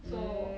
so